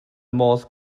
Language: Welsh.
modd